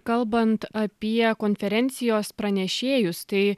kalbant apie konferencijos pranešėjus tai